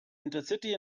intercity